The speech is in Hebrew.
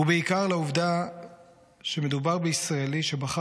ובעיקר על העובדה שמדובר בישראלי שבחר